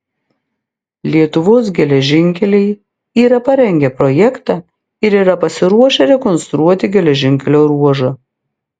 lietuvos geležinkeliai yra parengę projektą ir yra pasiruošę rekonstruoti geležinkelio ruožą